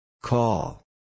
Call